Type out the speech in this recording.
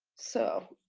so,